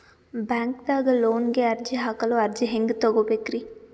ಬ್ಯಾಂಕ್ದಾಗ ಲೋನ್ ಗೆ ಅರ್ಜಿ ಹಾಕಲು ಅರ್ಜಿ ಹೆಂಗ್ ತಗೊಬೇಕ್ರಿ?